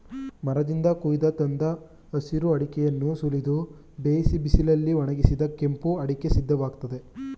ಮರದಿಂದ ಕೊಯ್ದು ತಂದ ಹಸಿರು ಅಡಿಕೆಯನ್ನು ಸುಲಿದು ಬೇಯಿಸಿ ಬಿಸಿಲಲ್ಲಿ ಒಣಗಿಸಿದರೆ ಕೆಂಪು ಅಡಿಕೆ ಸಿದ್ಧವಾಗ್ತದೆ